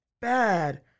bad